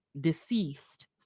deceased